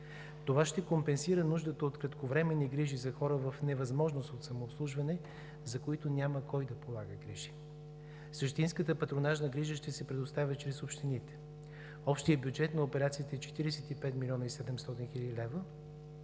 Това ще компенсира нуждата от кратковременни грижи за хора в невъзможност от самообслужване, за които няма кой да полага грижи. Същинската патронажна грижа ще се предоставя чрез общините. Общият бюджет на операцията е 45 млн. 700 хил. лв.